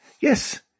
Yes